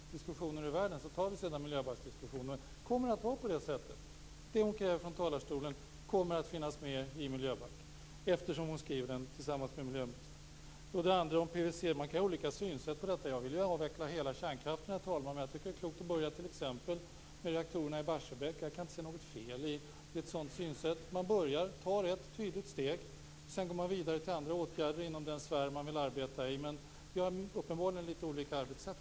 Då är den diskussionen ur världen, och sedan tar vi miljöbalksdiskussionen. Kommer det att vara så att det Gudrun Lindvall kräver från talarstolen finns med i miljöbalken, eftersom hon skriver den tillsammans med miljöministern? Man kan ha olika syn på detta med PVC. Jag vill ju avveckla hela kärnkraften, herr talman, men jag tycker att det är klokt att börja med reaktorerna i Barsebäck. Jag kan inte se något fel i ett sådant synsätt. Man börjar med att ta ett tydligt steg, och sedan går man vidare till andra åtgärder inom den sfär som man vill arbeta i. Vi har uppenbarligen olika arbetssätt.